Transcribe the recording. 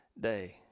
Day